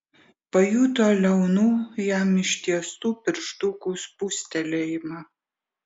pajuto liaunų jam ištiestų pirštukų spustelėjimą